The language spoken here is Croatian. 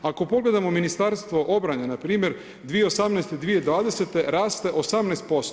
Ako pogledamo Ministarstvo obrane npr. 2018., 2020. raste 18%